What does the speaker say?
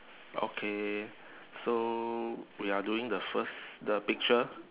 okay so we are doing the first the picture